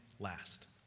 last